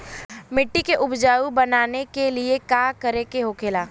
मिट्टी के उपजाऊ बनाने के लिए का करके होखेला?